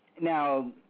Now